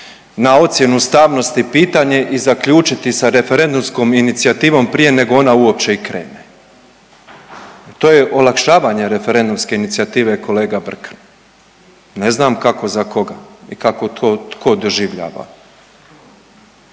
na ocjenu ustavnosti pitanje i zaključiti sa referendumskom inicijativom prije nego ona uopće i krene. To je olakšavanje referendumske inicijative kolega Brkan? Ne znam kako za koga i kako to tko doživljava.